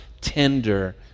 tender